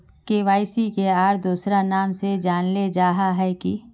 KYC के आर दोसरा नाम से जानले जाहा है की?